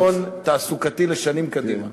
יש לך ביטחון תעסוקתי לשנים קדימה.